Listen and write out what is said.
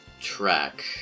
track